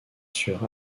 sur